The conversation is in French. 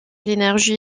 l’énergie